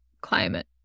climate